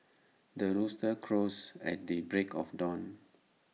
the rooster crows at the break of dawn